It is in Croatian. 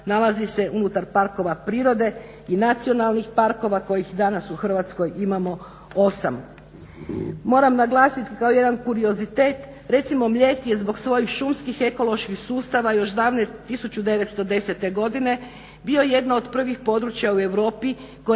nalazi se unutar parkova prirode i nacionalnih parkova kojih danas u Hrvatskoj imamo 8. Moram naglasiti kao jedan kuriozitet, recimo Mljet je zbog svojih šumskih ekoloških sustava još davne 1910. godine bio jedno od prvih područja u Europi koje je